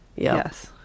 Yes